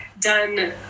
done